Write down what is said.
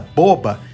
boba